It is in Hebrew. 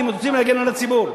אם רוצים להגן על הציבור.